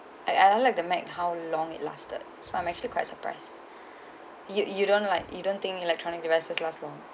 I I like the mac how long it lasted so I'm actually quite surprised you you don't like you don't think electronic devices last long